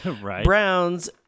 Browns